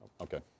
Okay